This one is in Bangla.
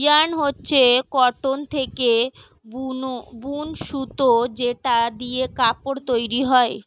ইয়ার্ন হচ্ছে কটন থেকে বুন সুতো যেটা দিয়ে কাপড় তৈরী হয়